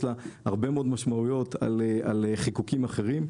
לה הרבה מאוד משמעויות על חיקוקים אחרים.